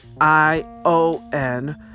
I-O-N